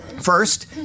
First